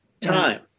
Time